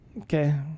Okay